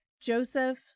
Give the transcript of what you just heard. Joseph